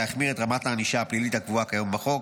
להחמיר את רמת הענישה הפלילית הקבועה כיום בחוק.